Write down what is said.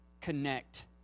connect